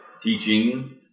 teaching